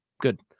good